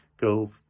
go